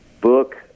book